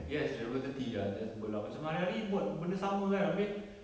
yes repetitive ya that's the word lah macam hari-hari buat benda sama kan habis